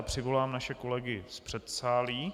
Přivolám naše kolegy z předsálí.